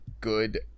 good